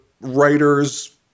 writers